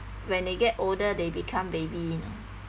when they get older they become baby you know